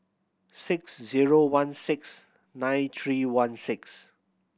six zero one six nine three one six